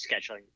scheduling